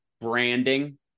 Branding